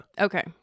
Okay